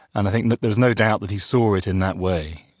and i think there was no doubt that he saw it in that way.